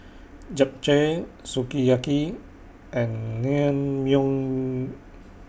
Japchae Sukiyaki and Naengmyeon